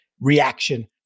reaction